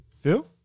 Phil